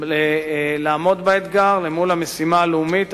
לעמוד באתגר למול המשימה הלאומית,